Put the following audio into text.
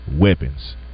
weapons